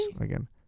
again